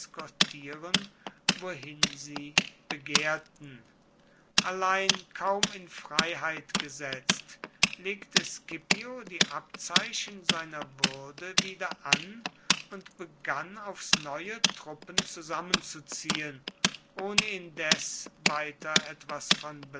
eskortieren wohin sie begehrten allein kaum in freiheit gesetzt legte scipio die abzeichen seiner würde wieder an und begann aufs neue truppen zusammenzuziehen ohne indes weiter etwas von